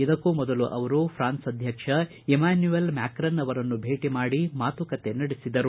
ಇದಕ್ಕೂ ಮೊದಲು ಅವರು ಪೂನ್ಸ್ ಅಧ್ಯಕ್ಷ ಇಮ್ದಾನ್ಯವೆಲ್ ಮ್ಯಾಕ್ರನ್ ಅವರನ್ನು ಭೇಟಿ ಮಾಡಿ ಮಾತುಕತೆ ನಡೆಸಿದರು